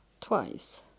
twice